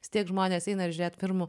vis tiek žmonės eina žiūrėt firmų